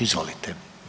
Izvolite.